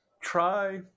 Try